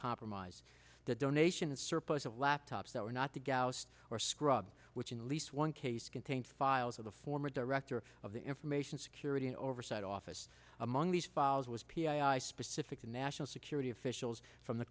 compromise that donations surplus of laptops that were not to gas or scrub which in the least one case contained files of the former director of the information security and oversight office among these files was p e i specific to national security officials from the